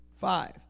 five